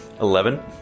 Eleven